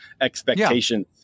expectations